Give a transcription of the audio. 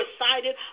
excited